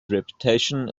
reputation